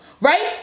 right